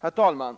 Herr talman!